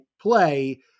play